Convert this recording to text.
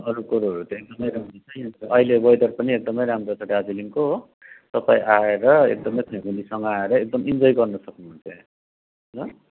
अरू कुरोहरू एकदम राम्रो छ यहाँ त अहिले वेदर पनि एक्दम राम्रो छ दार्जिलिङको हो तपाईँ आएर एकदम फ्यामिलीसँग आएर एकदम इन्जोय गर्नु सक्नु हुन्छ यहाँ ल